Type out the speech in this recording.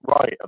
right